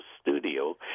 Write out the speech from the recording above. studio